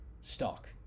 stock